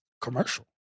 commercial